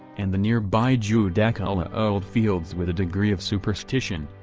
and the nearby judaculla old fields with a degree of superstition,